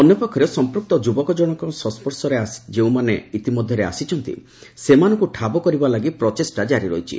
ଅନ୍ୟ ପକ୍ଷରେ ସମ୍ମୁକ୍ତ ଯୁବକ ଜଶକଙ୍କ ସଂସ୍ୱର୍ଶରେ ଯେଉଁମାନେ ଇତିମଧ୍ଧରେ ଆସିଛନ୍ତି ସେମାନଙ୍କୁ ଠାବ କରିବା ଲାଗି ପ୍ରଚେଷ୍ଟା କାରି ରହିଛି